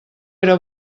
era